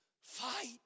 fight